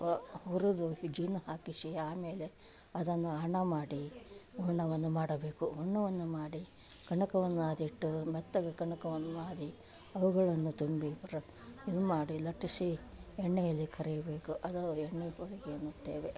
ಹುರಿದು ಈ ಜೇನು ಹಾಕಿಸಿ ಆಮೇಲೆ ಅದನ್ನು ಹಣ ಮಾಡಿ ಹೂರ್ಣವನ್ನು ಮಾಡಬೇಕು ಹೂರ್ಣವನ್ನು ಮಾಡಿ ಕಣಕವನ್ನು ನಾದಿಟ್ಟು ಮತ್ತು ಅದು ಕಣಕವನ್ನು ನಾದಿ ಅವುಗಳನ್ನು ತುಂಬಿ ಇದು ಮಾಡಿ ಲಟ್ಟಿಸಿ ಎಣ್ಣೆಯಲ್ಲಿ ಕರಿಯಬೇಕು ಅದು ಎಣ್ಣೆ ಹೋಳಿಗೆ ಎನ್ನುತ್ತೇವೆ